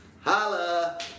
Holla